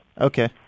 Okay